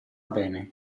bene